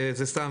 וזה סתם,